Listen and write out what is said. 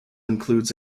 includes